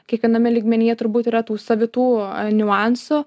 kiekviename lygmenyje turbūt yra tų savitų niuansų